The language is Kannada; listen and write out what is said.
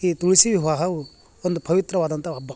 ಈ ತುಳಸಿ ವಿವಾಹವು ಒಂದು ಪವಿತ್ರವಾದಂಥ ಹಬ್ಬ